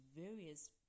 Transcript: various